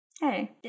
hey